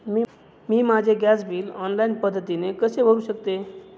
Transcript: मी माझे gas bill online पद्धतीने कसे भरु शकते?